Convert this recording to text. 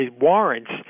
warrants